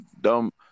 dumb